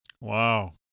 Wow